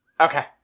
Okay